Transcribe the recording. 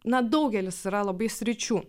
na daugelis yra labai sričių